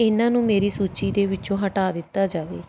ਇਹਨਾਂ ਨੂੰ ਮੇਰੀ ਸੂਚੀ ਦੇ ਵਿੱਚੋਂ ਹਟਾ ਦਿੱਤਾ ਜਾਵੇ